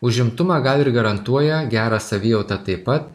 užimtumą gal ir garantuoja gerą savijautą taip pat